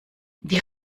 die